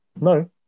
No